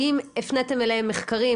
האם הפניתם אליהם מחקרים